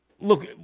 look